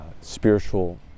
spiritual